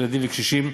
ילדים וקשישים.